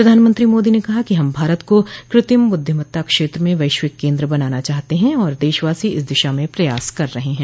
प्रधानमंत्री मोदी ने कहा कि हम भारत को कृत्रिम बुद्धिमत्ता क्षेत्र में वैश्विक केन्द्र बनाना चाहते हैं और देशवासी इस दिशा में प्रयास कर रहे हैं